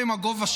כל הכבוד.